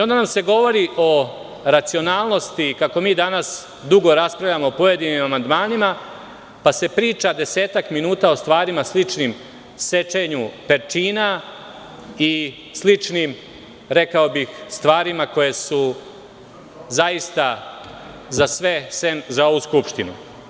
Onda nam se govori o racionalnosti, kako mi danas dugo raspravljamo o pojedinim amandmanima, pa se priča desetak minuta o starima ličnim sečenju perčina i sličnim, rekao bih, stvarima koje su zaista za sve, sem za ovu Skupštinu.